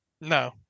no